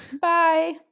Bye